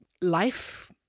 life